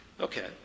Okay